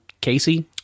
Casey